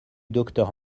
docteur